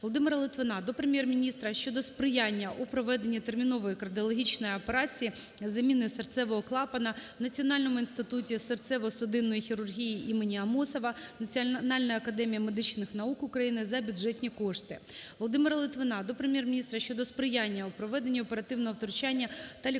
Володимира Литвина до Прем'єр-міністра щодо сприяння у проведенні термінової кардіологічної операції з заміни серцевого клапана в Національному інституті серцево-судинної хірургії імені Амосова Національної академії медичних наук України за бюджетні кошти. Володимира Литвина до Прем'єр-міністра щодо сприяння у проведенні оперативного втручання та лікування